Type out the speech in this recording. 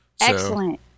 Excellent